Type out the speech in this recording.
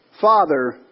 Father